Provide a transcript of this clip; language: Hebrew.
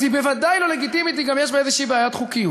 אז היא בוודאי לא לגיטימית ויש בה גם איזו בעיית חוקיות.